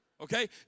okay